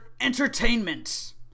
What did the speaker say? Entertainment